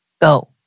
go